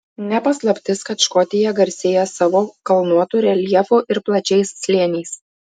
ne paslaptis kad škotija garsėja savo kalnuotu reljefu ir plačiais slėniais